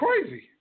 crazy